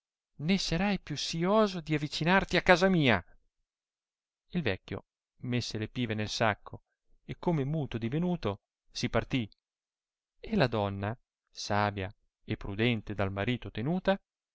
né serai più sì oso di avicinarti a casa mia il vecchio messe le pive nel sacco e come muto divenuto si partì e la donna savia e prudente dal marito tenuta